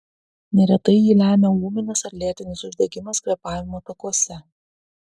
neretai jį lemia ūminis ar lėtinis uždegimas kvėpavimo takuose